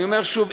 אני אומר שוב,